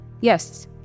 Yes